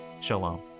Shalom